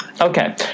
okay